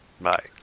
Bye